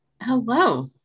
Hello